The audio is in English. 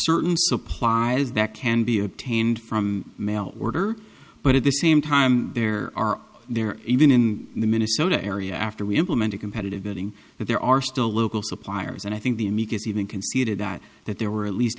certain supplies that can be obtained from mail order but at the same time there are there even in minnesota area after we implemented competitive bidding that there are still local suppliers and i think the amicus even conceded that that there were at least